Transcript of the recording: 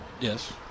Yes